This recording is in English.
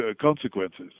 consequences